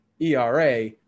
ERA